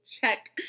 check